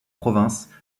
province